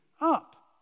up